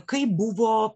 kai buvo